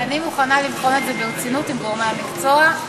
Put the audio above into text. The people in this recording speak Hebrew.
אני מוכנה לבחון את זה ברצינות עם גורמי המקצוע,